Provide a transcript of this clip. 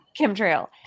chemtrail